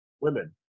women